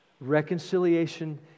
Reconciliation